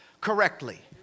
correctly